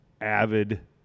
avid